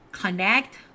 connect